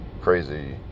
crazy